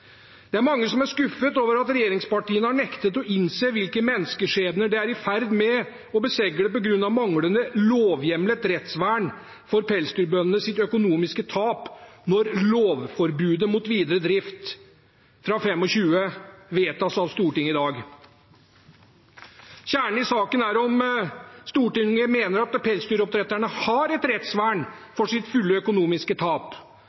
denne salen. Mange er skuffet over at regjeringspartiene har nektet å innse hvilke menneskeskjebner de er i ferd med å besegle på grunn av manglende lovhjemlet rettsvern for pelsdyrbøndenes økonomiske tap, når lovforbudet mot videre drift fra 2025 vedtas av Stortinget i dag. Kjernen i saken er om Stortinget mener at pelsdyroppdretterne har et rettsvern mot sitt fulle økonomiske tap